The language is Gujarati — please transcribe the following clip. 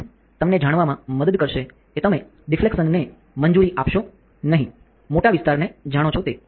લેન્સ તમને જાણવામાં મદદ કરશે કે તમે ડિફ્લેક્શનને મંજૂરી આપશો નહીં મોટા વિસ્તારને જાણો છો તે